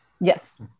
yes